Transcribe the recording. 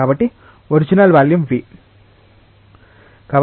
కాబట్టి original volume v